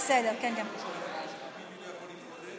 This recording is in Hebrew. מה מצביעים?